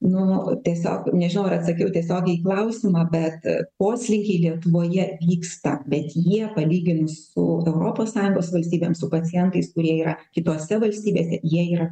nu tiesiog nežinau ar atsakiau tiesiogiai į klausimą bet poslinkiai lietuvoje vyksta bet jie palygint su europos sąjungos valstybėm su pacientais kurie yra kitose valstybėse jie yra